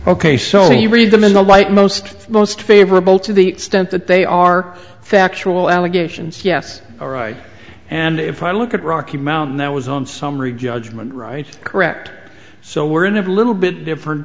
ok so you read them in the light most most favorable to the extent that they are factual allegations yes and if i look at rocky mountain that was on summary judgment right correct so we're in a little bit different